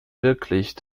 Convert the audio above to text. wirklich